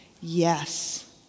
yes